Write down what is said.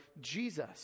Jesus